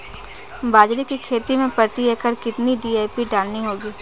बाजरे की खेती में प्रति एकड़ कितनी डी.ए.पी डालनी होगी?